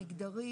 מגדרית.